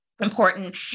important